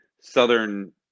southern